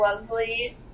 lovely